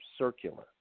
circular